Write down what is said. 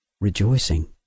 rejoicing